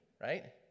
Right